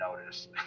notice